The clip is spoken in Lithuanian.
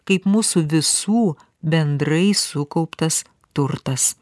kaip mūsų visų bendrai sukauptas turtas